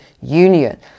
Union